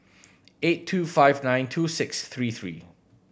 eight two five nine two six three three